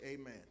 amen